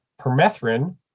permethrin